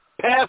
pass